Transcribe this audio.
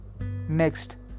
Next